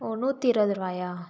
ஓ நூற்றி இருபது ரூவாயா